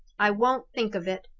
i won't think of it!